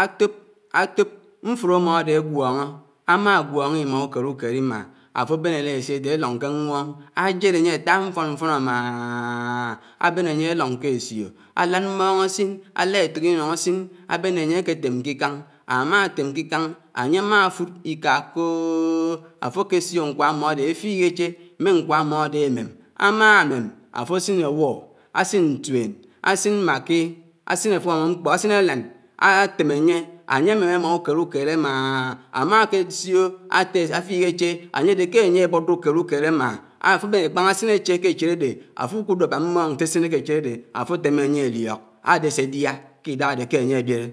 átób átób mfùró ámó ádé ágwóñó, ámá gwóñó ímá ùkéd ùkéd ímá, áfó ábén élésí ádé ákóñ ke ñwóñ, áléd áttá mfón mfón ámááááá, ábéñ ányé áloñ k’ésió álád mmón ásín, alád éfók ínùñ ásìñ ábéné ányé ákétém kíkáñ, ámá átém k’íkáñ, ányé ámá tñd íkí kóóóóóó áfó késíó ñkwá ámódé áfíík áché mé ñkwá ámódé áném. ámá ámém áfó ásín ásín ñtùén, ásín mákí, ásín ákpàmó mkpó, ásín ákán, átém ányé, ányé áném ámá ùkéd-ukéd ámááááà, ámáké sió átés áfík áché ányédé ké ányé ábùdù ùkéd-ùkéd ámá, áfò ábén ékpàñ ásíñ áché k’échid ádé áfùkùdó ábá mmóñ ñté ásín áché k’échid ádé áfò témé ányé álók, ádésé édíá k’ídáyá ádé ké ányé ábíré.